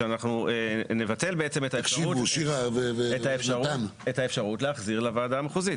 שאנחנו נבטל בעצם את האפשרות להחזיר לוועדה המחוזית.